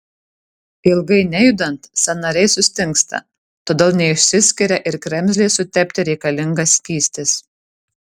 ilgai nejudant sąnariai sustingsta todėl neišsiskiria ir kremzlei sutepti reikalingas skystis